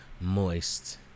Moist